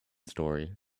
story